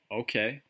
okay